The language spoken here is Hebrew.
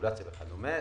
רגולציה וכדומה.